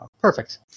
Perfect